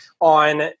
on